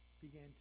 began